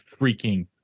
freaking